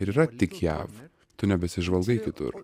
ir yra tik jav tu nebesižvalgai kitur